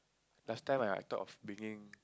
last time I I thought of bringing